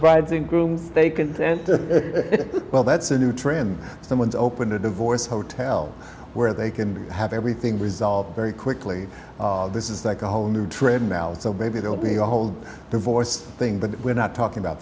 brides and grooms they can well that's a new trend someone's open to divorce hotel where they can have everything resolved very quickly this is like a whole new trend now so maybe they'll be a whole divorce thing but we're not talking about